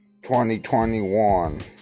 2021